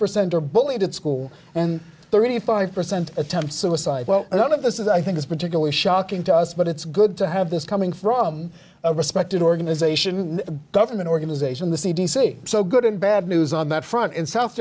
percent are bullied at school and thirty five percent attempt suicide well none of this is i think it's particularly shocking to us but it's good to have this coming from a respected organization government organization the c d c so good and bad news on that front in south